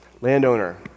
Landowner